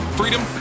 freedom